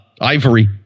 Ivory